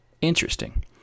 interesting